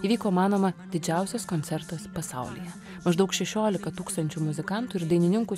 įvyko manoma didžiausias koncertas pasaulyje maždaug šešiolika tūkstančių muzikantų ir dainininkų